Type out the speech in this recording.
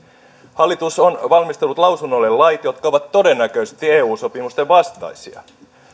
hallitus on valmistellut lausunnolle lait jotka ovat todennäköisesti eu sopimusten vastaisia